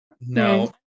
No